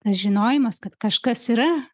tas žinojimas kad kažkas yra